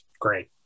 great